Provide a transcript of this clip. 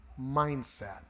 mindset